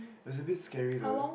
was a bit scary though